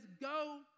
Go